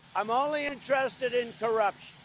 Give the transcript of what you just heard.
i'm only interested in corruption.